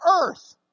Earth